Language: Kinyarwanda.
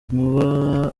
nkuba